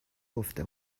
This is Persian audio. گفته